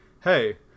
hey